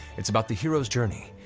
it's about the hero's journey,